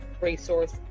resource